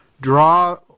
draw